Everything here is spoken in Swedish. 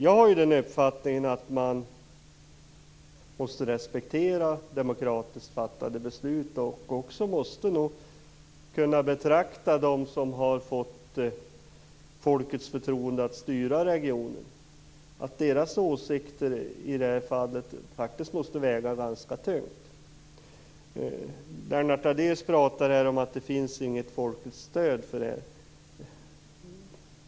Jag är av den uppfattningen att man måste respektera demokratiskt fattade beslut. Åsikterna hos dem som har fått folkets förtroende att styra i regionen måste i det här fallet väga ganska tungt. Lennart Daléus talade om att det inte finns något folkligt stöd.